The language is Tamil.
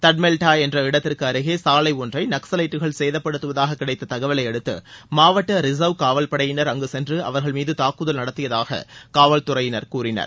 தாட்மெட்டியா என்ற இடத்திற்கு அருகே சாலை ஒன்றை நக்கலைட்டுகள் கேதப்படுத்துவதாக கிடைத்த தகவலை அடுத்து மாவட்ட ரிசர்வ் காவல்படையினர் அங்கு சென்று அவர்கள் மீது தாக்குதல் நடத்தியதாக காவல்துறையினர் கூறினர்